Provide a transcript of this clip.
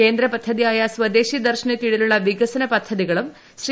കേന്ദ്ര പദ്ധതിയായ സ്വദേശി ദർശന് കീഴിലുള്ള വികസന പദ്ധതികളും ശ്രീ